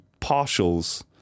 partials